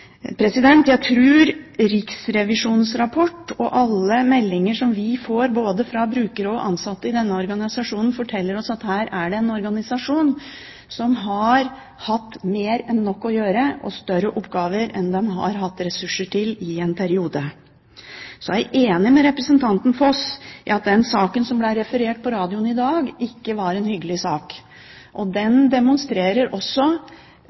og alle meldinger som vi får, både fra brukere og fra ansatte i denne organisasjonen, forteller oss at her er det en organisasjon som har hatt mer enn nok å gjøre, og større oppgaver enn den i en periode har hatt ressurser til. Jeg er enig med representanten Foss i at den saken som ble referert i radioen i dag, ikke var en hyggelig sak. Den kan demonstrere en feilprioritering, men den kan også